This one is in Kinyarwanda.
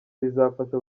rizafasha